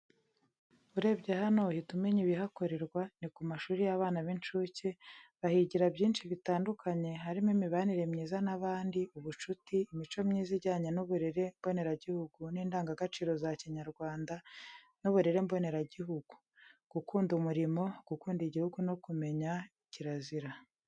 Urebye hano uhita umenya ibihakorerwa ni kumashuri yabana b'incuke, bahigira byinshi bitandukanye harimo imibanire myiza na bandi ubucuti, imico myiza ijyanye n'uburere mboneragihugu n'indangagaciro za kinyarwanda n'uburere mboneragihugu, gukunda umurimo, gukunda igihugu no kumenya kirazira.